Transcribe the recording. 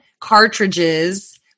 cartridges